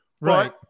Right